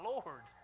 Lord